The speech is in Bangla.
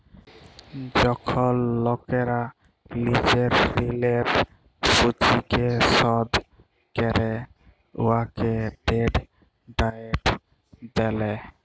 যখল লকেরা লিজের ঋলের পুঁজিকে শধ ক্যরে উয়াকে ডেট ডায়েট ব্যলে